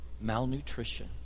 malnutrition